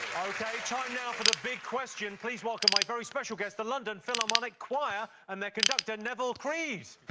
ok, time now for the big question. please welcome my very special guest, the london philharmonic choir and their conductor neville creed.